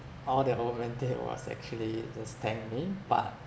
all that old man did was actually just thank me but